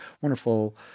wonderful